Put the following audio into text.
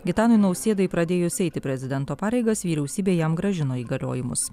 gitanui nausėdai pradėjus eiti prezidento pareigas vyriausybė jam grąžino įgaliojimus